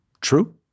True